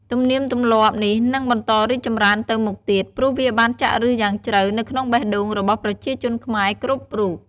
ទំនៀមទម្លាប់នេះនឹងបន្តរីកចម្រើនទៅមុខទៀត ព្រោះវាបានចាក់ឫសយ៉ាងជ្រៅនៅក្នុងបេះដូងរបស់ប្រជាជនខ្មែរគ្រប់រូប។